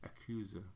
accuser